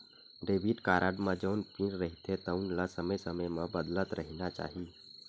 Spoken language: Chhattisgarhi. डेबिट कारड म जउन पिन रहिथे तउन ल समे समे म बदलत रहिना चाही